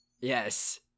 Yes